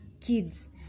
kids